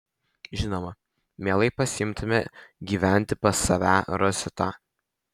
žinoma mielai pasiimtume gyventi pas save rositą